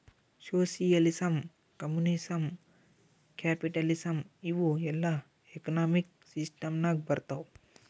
socialism, communism, capitalism ಇವೂ ಎಲ್ಲಾ economic system ನಾಗ್ ಬರ್ತಾವ್